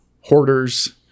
hoarders